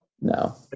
No